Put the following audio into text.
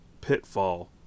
pitfall